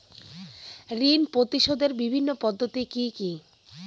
ঋণ পরিশোধের বিভিন্ন পদ্ধতি কি কি?